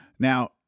Now